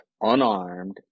unarmed